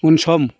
उनसं